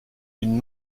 une